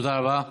תודה רבה.